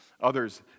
others